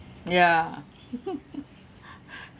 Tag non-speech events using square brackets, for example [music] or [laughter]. ya [laughs]